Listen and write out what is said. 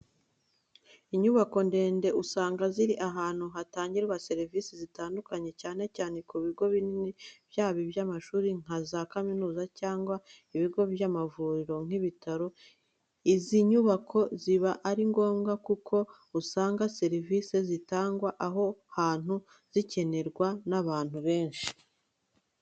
Inyubako ndende usanga ziri ahantu hatangirwa serivise zitandukanye, cyane cyane ku bigo binini byaba iby'amashuri nka za kaminuza cyangwa ibigo by'amavuriro nk'ibitaro. Izi nyubako ziba ari ngombwa kuko usanga serivise zitangwa aho hantu zikenerwa n'abantu benshi.